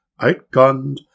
outgunned